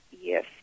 Yes